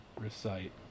Recite